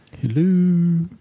Hello